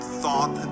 thought